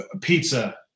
Pizza